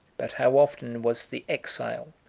but how often was the exile,